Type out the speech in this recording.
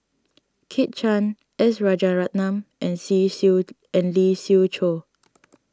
Kit Chan S Rajaratnam and See Siew and Lee Siew Choh